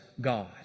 God